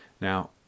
Now